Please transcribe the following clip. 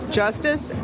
justice